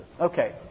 Okay